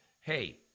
Hey